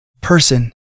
Person